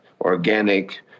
organic